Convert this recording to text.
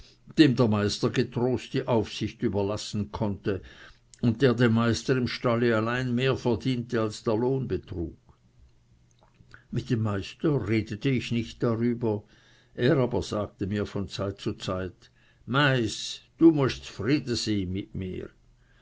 dem der meister getrost die aufsicht überlassen konnte und der dem meister im stalle allein mehr verdiente als der lohn betrug mit dem meister redete ich nicht darüber er aber sagte mir von zeit zu zeit meiß du muest z'friede mit